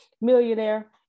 millionaire